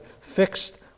fixed